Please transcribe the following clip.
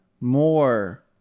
more